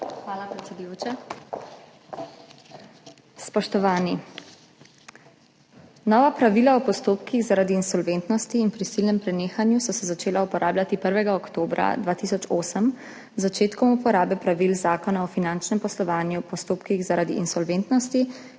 Hvala, predsedujoča. Spoštovani! Nova pravila o postopkih zaradi insolventnosti in prisilnem prenehanju so se začela uporabljati 1. oktobra 2008 z začetkom uporabe pravil Zakona o finančnem poslovanju v postopkih zaradi insolventnosti